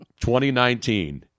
2019